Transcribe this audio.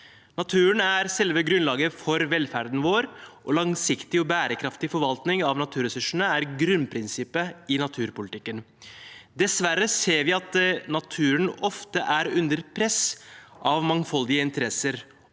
Naturen er selve grunnlaget for velferden vår, og langsiktig og bærekraftig forvaltning av naturressursene er grunnprinsippet i naturpolitikken. Dessverre ser vi at naturen ofte er under press av mangfoldige interesser,